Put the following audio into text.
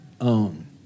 own